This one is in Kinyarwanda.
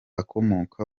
akomoka